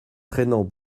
traînant